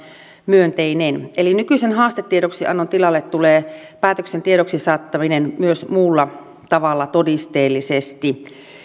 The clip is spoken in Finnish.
myönteinen nykyisen haastetiedoksiannon tilalle tulee päätöksen tiedoksi saattaminen myös muulla tavalla todisteellisesti